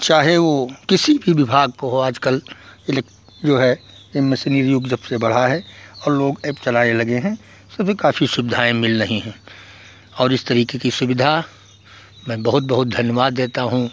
चाहे वह किसी भी विभाग का हो आजकल जो है यह मशीनी युग जब बढ़ा है और लोग एप चलाने लगे हैं उससे भी काफ़ी सुविधाएँ मिल रही हैं और इस तरीके की सुविधा मैं बहुत बहुत धन्यवाद देता हूँ